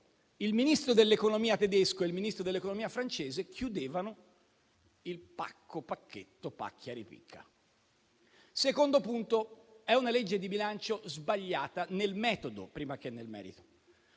il Ministro dell'economia tedesco e il Ministro dell'economia francese chiudevano il pacco-pacchetto-pacchia-ripicca. Il secondo punto è che è un disegno di legge di bilancio sbagliato nel metodo, prima che nel merito.